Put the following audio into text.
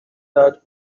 that